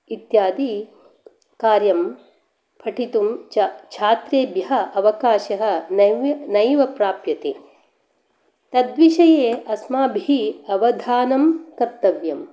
इत्यादि कार्यं पठितुं च छात्रेभ्यः अवकाशः नैव प्राप्यते तद्विषये अस्माभिः अवधानं कर्तव्यम्